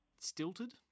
stilted